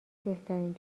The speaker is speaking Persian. بهترین